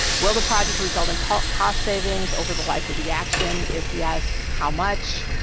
will the project result in cost cost savings over the life of the action, if yes, how much,